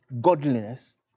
godliness